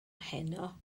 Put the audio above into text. heno